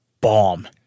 bomb